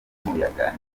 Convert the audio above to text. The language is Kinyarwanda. n’umuyaga